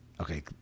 Okay